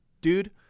dude